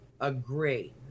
agree